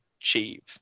achieve